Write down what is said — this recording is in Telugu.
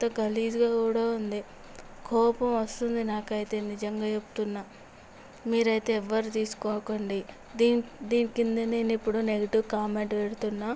ఉత్త గలీజ్గా కూడా ఉంది కోపం వస్తుంది నాకు అయితే నిజంగా చెప్తున్నా మీరైతే ఎవరు తీసుకోకండి నేను ఎప్పుడూ నెగటివ్ కామెంట్ పెడుతున్నాను